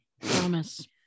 Promise